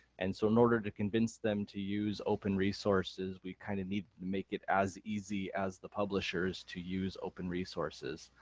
and so in order to convince them to use open resources we kind of need to make it as easy as the publishers to use open resources.